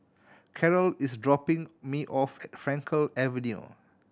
Carol is dropping me off at Frankel Avenue